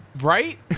Right